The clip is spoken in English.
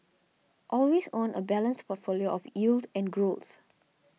always own a balanced portfolio of yield and growth